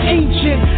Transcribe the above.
ancient